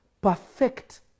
perfect